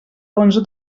onze